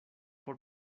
por